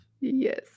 Yes